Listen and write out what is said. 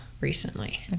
recently